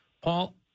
Paul